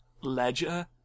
ledger